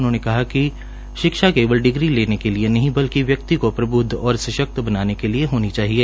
उन्होंने कहा कि शिक्षा केवल डिग्री लेने के लिए नहीं बल्कि व्यक्ति के प्रबृदव और सशक्त बनाने के लिए होनी चाहिए